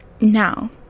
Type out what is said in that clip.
Now